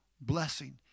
blessing